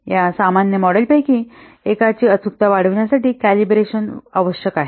या सामान्य मॉडेलपैकी एकाची अचूकता वाढविण्यासाठी कॅलिब्रेशन आवश्यक आहे